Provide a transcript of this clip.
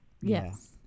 yes